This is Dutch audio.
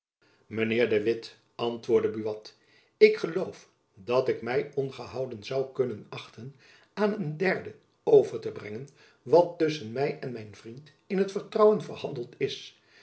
de witt antwoordde buat ik geloof dat ik my ongehouden zoû kunnen achten aan een derde over te brengen wat tusschen my en mijn vriend in t vertrouwen verhandeld is